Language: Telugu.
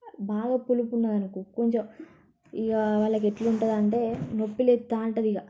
బాగా పులుపు ఉన్నదనుకో కొంచెం ఇగ వాళ్లకెట్లుంటాదంటే నొప్పిలేస్తూ ఉంటుందిగ